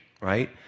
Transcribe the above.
right